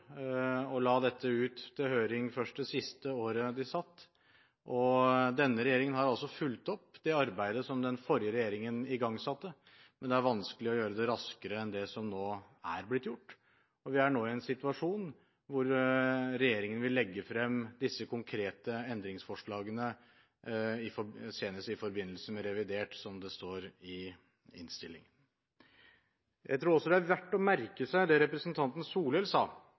og la dette ut til høring først det siste året de satt. Denne regjeringen har fulgt opp det arbeidet som den forrige regjeringen igangsatte, men det er vanskelig å gjøre det raskere enn det som nå er blitt gjort, og vi er nå i en situasjon hvor regjeringen vil legge frem disse konkrete endringsforslagene senest i forbindelse med revidert, som det står i innstillingen. Jeg tror også det er verdt å merke seg det representanten Solhjell sa,